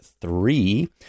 three